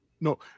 No